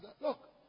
Look